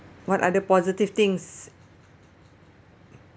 what other positive things